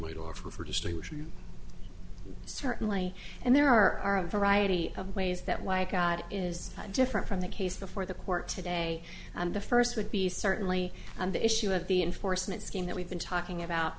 might offer distinguishing certainly and there are a variety of ways that why god is different from the case before the court today and the first would be so certainly the issue of the enforcement scheme that we've been talking about